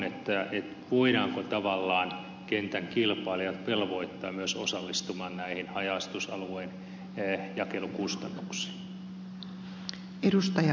voidaanko kentän kilpailijat tavallaan velvoittaa myös osallistumaan näihin haja asutusalueen jakelukustannuksiin